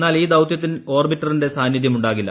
എന്നാൽ ഈ ദൌത്യത്തിൽ ഓർബിറ്ററിന്റെ സാന്നിധ്യമുണ്ടാകില്ല